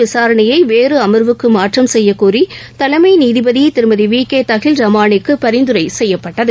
விசாரணையை வேறு அமர்வுக்கு மாற்றம் செய்யக்கோரி தலைமை நீதிபதி திருமதி வி கே தஹில்ரமாணிக்கு பரிந்துரை செய்யப்பட்டது